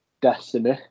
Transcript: Destiny